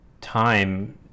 time